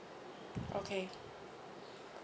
okay